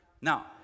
Now